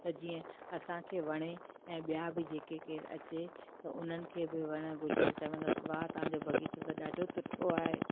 त जीअं असांखे वणे ऐं ॿिया बि जेके केर अचे त उन्हनि खे बि वणे चवंदा त वाह तव्हांजो बगीचो त ॾाढो सुठो आहे